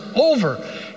over